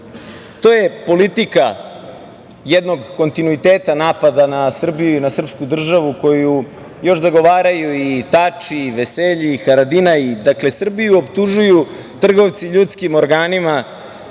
To je politika jednog kontinuiteta napada na Srbiju i na srpsku državu, koju još zagovaraju i Tači i Veselji i Haradinaj. Dakle, Srbiju optužuju trgovci ljudskim organima,